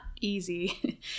easy